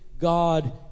God